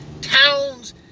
towns